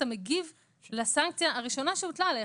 מגיב לסנקציה הראשונה שהוטלה עליך.